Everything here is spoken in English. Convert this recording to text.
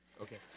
Okay